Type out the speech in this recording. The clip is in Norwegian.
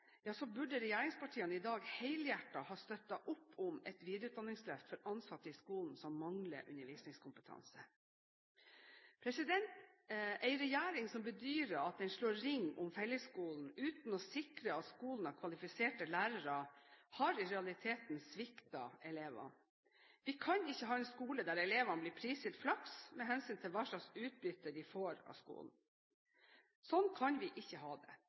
burde regjeringspartiene i dag helhjertet ha støttet opp om et videreutdanningsløft for ansatte i skolen som mangler undervisningskompetanse. En regjering som bedyrer at den slår ring om fellesskolen uten å sikre at skolen har kvalifiserte lærere, har i realiteten sviktet elevene. Vi kan ikke ha en skole der elevene blir prisgitt flaks med hensyn til hva slags utbytte de får av skolen. Slik kan vi ikke ha det.